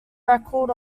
record